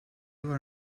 were